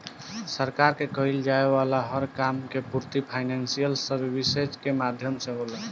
सरकार के कईल जाये वाला हर काम के पूर्ति फाइनेंशियल सर्विसेज के माध्यम से होला